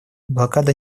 блокада